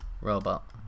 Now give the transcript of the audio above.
Robot